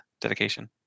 dedication